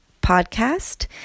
podcast